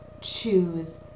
choose